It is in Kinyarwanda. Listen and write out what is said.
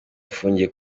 afungiye